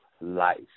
life